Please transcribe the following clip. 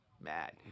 Mad